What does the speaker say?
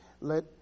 Let